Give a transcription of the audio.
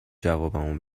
جوابمو